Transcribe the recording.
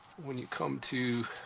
when you come to